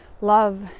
love